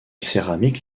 céramiques